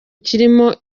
kirimo